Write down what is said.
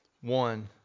one